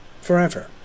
forever